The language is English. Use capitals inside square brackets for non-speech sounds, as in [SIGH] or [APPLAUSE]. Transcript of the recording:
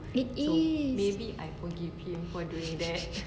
it is [LAUGHS]